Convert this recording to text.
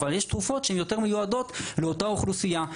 אבל יש תרופות שיותר מיועדות לאותה אוכלוסיה,